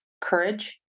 courage